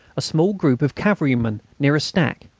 a small group of cavalrymen near a stack,